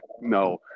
no